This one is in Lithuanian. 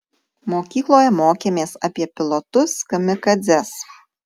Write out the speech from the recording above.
mokykloje mokėmės apie pilotus kamikadzes